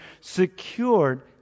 secured